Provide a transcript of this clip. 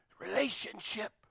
relationship